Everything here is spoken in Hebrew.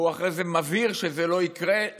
הוא אחרי זה מבהיר שזה לא יקרה,